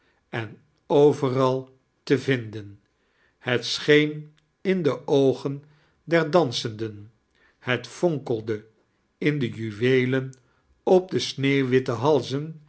en overal te vinden het sicheen in de oogen der dansemden bet fonkelde in de juweeleii op de sineeuwwitte halzen